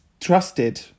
trusted